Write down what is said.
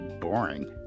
boring